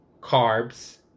carbs